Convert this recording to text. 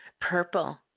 purple